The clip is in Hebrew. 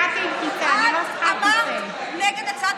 ממש לא קרדיט.